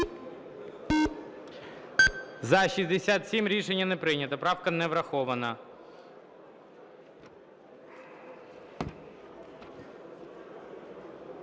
За-67 Рішення не прийнято. Правка не врахована.